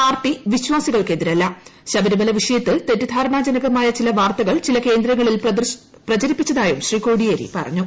party വിശ്വാസികൾക്ക് എതിരല്ല ശബരിമല വിഷയത്തിൽ തെറ്റിദ്ധാരണാ ജനകമായ ചില വാർത്തകൾ ചില കേന്ദ്രങ്ങളിൽ പ്രചരിപ്പിച്ചതായും ശ്രീ കോടിയേരി പറഞ്ഞു